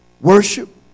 worship